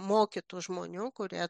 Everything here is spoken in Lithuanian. mokytų žmonių kurie